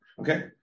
Okay